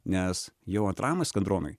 nes jau antram eskadronui